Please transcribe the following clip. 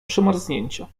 przemarznięcia